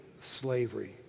slavery